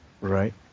Right